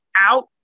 out